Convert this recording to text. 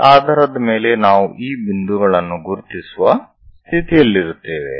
ಈ ಆಧಾರದ ಮೇಲೆ ನಾವು ಈ ಬಿಂದುಗಳನ್ನು ಗುರುತಿಸುವ ಸ್ಥಿತಿಯಲ್ಲಿರುತ್ತೇವೆ